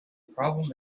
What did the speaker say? problem